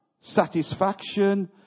satisfaction